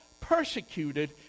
persecuted